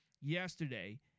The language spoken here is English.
yesterday